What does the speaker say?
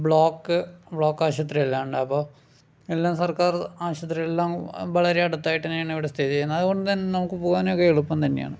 block block ആശുപത്രി അല്ലാണ്ടപ്പോൾ എല്ലാ സർക്കാർ ആശുപത്രികളിലും വളരെ അടുത്തായിട്ട് തന്നെയാണ് ഇവിടെ സ്ഥിതി ചെയ്യുന്നത് അതുകൊണ്ട് തന്നെ നമുക്ക് പോകാനൊക്കെ വളരെ എളുപ്പം തന്നെയാണ്